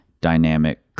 dynamic